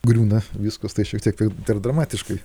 griūna viskas tai šiek tiek taip dar dramatiškai